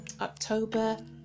October